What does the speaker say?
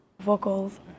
vocals